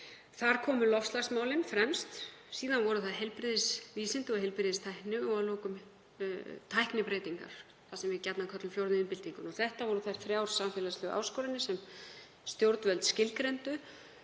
Þar komu loftslagsmálin fremst. Síðan voru það heilbrigðisvísindi og heilbrigðistækni og að lokum tæknibreytingar, það sem við köllum gjarnan fjórðu iðnbyltinguna. Þetta voru þær þrjár samfélagslegu áskoranir sem stjórnvöld skilgreindu.